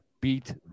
beat